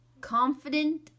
Confident